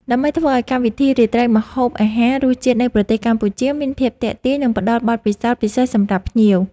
ដើម្បីធ្វើឲ្យកម្មវិធីរាត្រីម្ហូបអាហារ “រសជាតិនៃប្រទេសកម្ពុជា” មានភាពទាក់ទាញ និងផ្តល់បទពិសោធន៍ពិសេសសម្រាប់ភ្ញៀវ